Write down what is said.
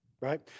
right